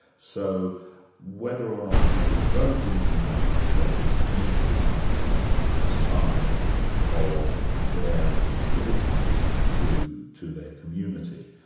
so whether or not people vote in the united states is, to some extent, a sign of their commitment to to their community.